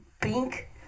pink